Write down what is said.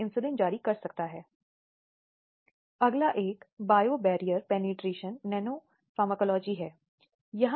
अधिनियम उस पर लागू किया जा रहा है